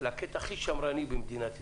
לענף השמרן ביותר במדינת ישראל,